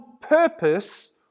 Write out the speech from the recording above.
purpose